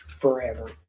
Forever